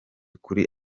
kuri